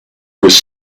was